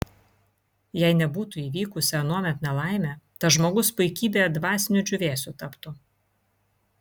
jei nebūtų įvykusi anuomet nelaimė tas žmogus puikybėje dvasiniu džiūvėsiu taptų